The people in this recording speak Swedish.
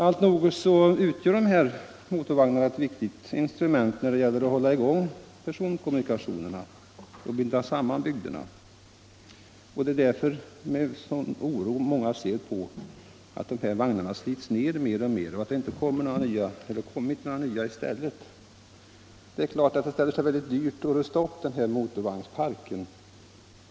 Alltnog utgör de här motorvagnarna ett viktigt instrument när det gäller att hålla i gång personkommunikationerna och binda samman bygderna. Det är därför med oro som många ser hur de här vagnarna slits ned och att inga nya kommer i stället. Det är klart att det ställer sig mycket dyrt att rusta upp motorvagnsparken.